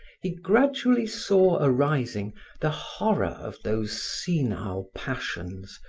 he gradually saw arising the horror of those senile passions,